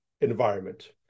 environment